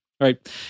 right